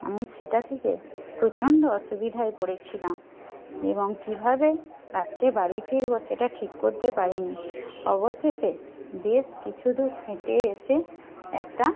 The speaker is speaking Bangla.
আমি সেটা থেকে প্রচণ্ড অসুবিধাই পরেছিলাম এবং কীভাবে রাত্রে বাড়ি ফিরবো সেটা ঠিক করতে পারি নি অবশেষে বেশ কিছু দূর শুধু হেঁটে এসে একটা